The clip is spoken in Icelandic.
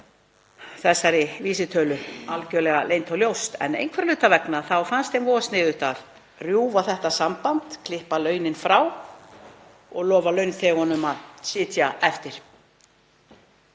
þessari vísitölu algjörlega leynt og ljóst, en einhverra hluta vegna fannst þeim voða sniðugt að rjúfa þetta samband, klippa launin frá og lofa launþegunum að sitja eftir.